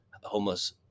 homeless